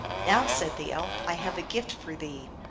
now, said the elf, i have a gift for thee.